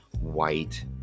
white